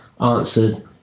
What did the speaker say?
answered